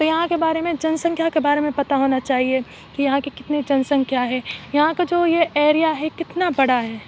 تو یہاں کے بارے میں جَن سنکھیا کے بارے میں پتا ہونا چاہیے کہ یہاں کہ کتنی جَن سنکھیا ہے یہاں کا جو یہ ایریا کتنا بڑا ہے